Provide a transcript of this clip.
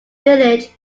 village